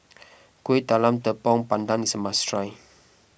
Kueh Talam Tepong Pandan is a must try